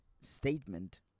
statement